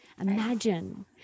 imagine